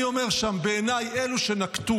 אני אומר שם: בעיניי, אלו שנקטו